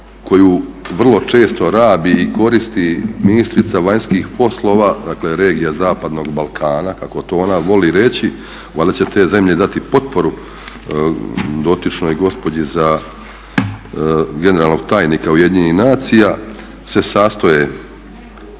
koju vrlo često rabi i koristi ministrica vanjskih poslova, dakle regija zapadnog Balkana kako to ona voli reći, valjda će te zemlje dati potporu dotičnoj gospođi za generalnog tajnika UN-a, se sastoje,